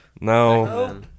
No